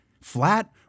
Flat